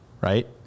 right